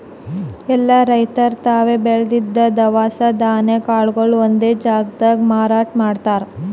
ಎಲ್ಲಾ ರೈತರ್ ತಾವ್ ಬೆಳದಿದ್ದ್ ದವಸ ಧಾನ್ಯ ಕಾಳ್ಗೊಳು ಒಂದೇ ಜಾಗ್ದಾಗ್ ಮಾರಾಟ್ ಮಾಡ್ತಾರ್